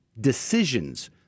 decisions